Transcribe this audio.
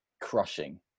crushing